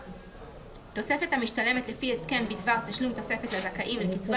7. תוספת המשתלמת לפי הסכם בדבר תשלום תוספת לזכאים לקצבה